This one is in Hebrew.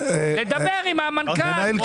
לדבר עם המנכ"ל.